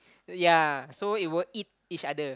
yea so it will eat each other